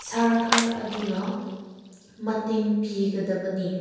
ꯁꯔꯀꯥꯔ ꯑꯗꯨꯅ ꯃꯇꯦꯡ ꯄꯤꯒꯗꯕꯅꯤ